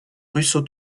russo